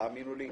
והאמינו לי,